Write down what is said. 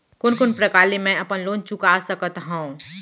कोन कोन प्रकार ले मैं अपन लोन चुका सकत हँव?